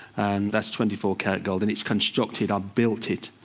and that's twenty four karat gold. and it's constructed. i built it.